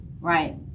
right